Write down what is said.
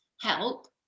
help